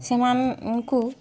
ସେମାନଙ୍କୁ